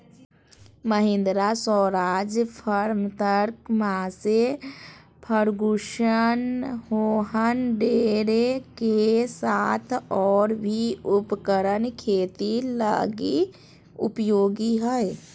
Mahindra, Swaraj, Farmtrac, Massey Ferguson John Deere के साथ और भी उपकरण खेती लगी उपयोगी हइ